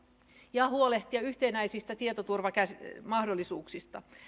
ja huolehtia yhtenäisistä tietoturvamahdollisuuksista